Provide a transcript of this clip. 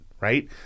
right